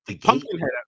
Pumpkinhead